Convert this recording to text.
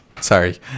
Sorry